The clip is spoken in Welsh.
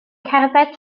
cerdded